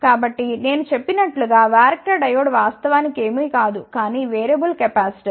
కాబట్టి నేను చెప్పినట్లు గా వ్యారక్టర్ డయోడ్ వాస్తవానికి ఏమీ కాదు కాని వేరియబుల్ కెపాసిటర్